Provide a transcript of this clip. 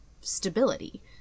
stability